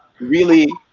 really,